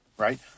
right